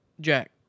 Jack